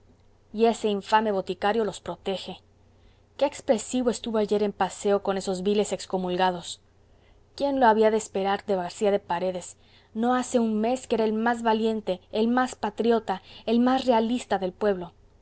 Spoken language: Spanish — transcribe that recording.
y ese infame boticario los protege qué expresivo estuvo ayer en paseo con esos viles excomulgados quién lo había de esperar de garcía de paredes no hace un mes que era el más valiente el más patriota el más realista del pueblo